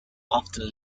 often